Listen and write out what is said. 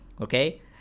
Okay